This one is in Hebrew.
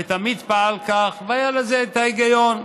ותמיד פעל כך, והיה לזה ההיגיון.